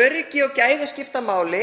Öryggi og gæði skipta máli,